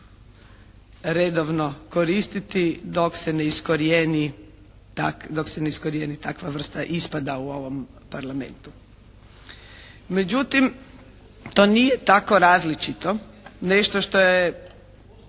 redovno koristiti dok se ne iskorijeni takva vrsta ispada u ovom Parlamentu. Međutim, to nije tako različito nešto što je